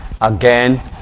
again